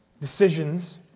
decisions